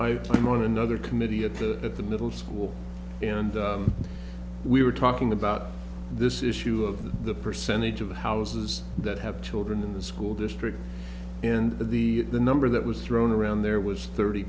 am on another committee at the at the middle school and we were talking about this issue of the percentage of houses that have children in the school district and that the the number that was thrown around there was thirty